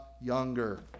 younger